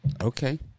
Okay